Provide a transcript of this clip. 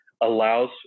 allows